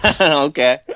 Okay